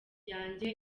yanjye